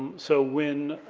so when,